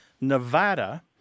Nevada